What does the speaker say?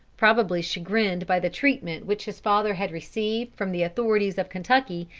probably chagrined by the treatment which his father had received from the authorities of kentucky,